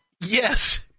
yes